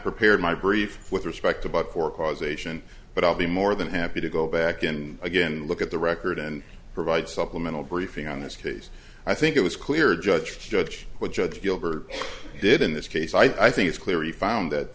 prepared my brief with respect about four causation but i'll be more than happy to go back and again look at the record and provide supplemental briefing on this case i think it was clear judge judge what judge gilbert did in this case i think it's clear he found